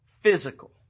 physical